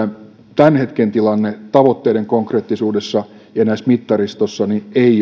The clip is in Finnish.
tämän hetken tilanne tavoitteiden konkreettisuudessa ja mittaristossa ei